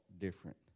different